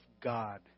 God